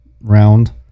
round